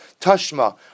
Tashma